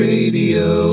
Radio